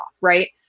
right